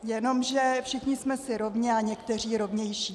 Jenomže všichni jsme si rovni a někteří rovnější.